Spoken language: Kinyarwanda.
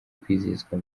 kwizihizwa